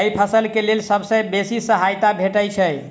केँ फसल केँ लेल सबसँ बेसी सहायता भेटय छै?